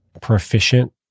proficient